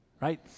Right